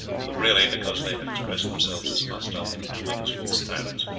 but really because they had expressed themselves as hostile to the doings of these tyrants.